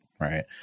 Right